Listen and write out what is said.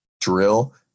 drill